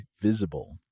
Visible